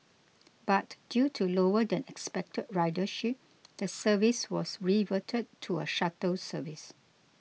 but due to lower than expected ridership the service was reverted to a shuttle service